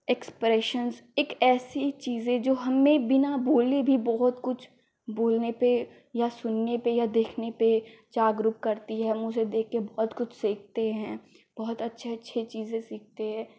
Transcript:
expression एक ऐसी चीज़ है जो हमें बिना बोले भी बहुत कुछ बोलने पर या सुनने पर या देखने पर जागरूक करती है मुझे देखकर बहुत कुछ सीखते हैं बहुत अच्छी अच्छ चीज़ें सीखते हैं